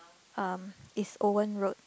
um it's Owen-Road